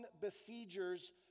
besiegers